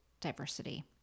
diversity